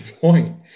point